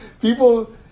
people